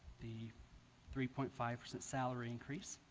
the three point five percent salary increase